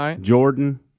jordan